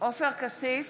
עופר כסיף,